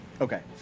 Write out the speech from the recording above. Okay